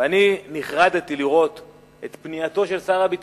ואני נחרדתי לראות את פנייתו של שר הביטחון,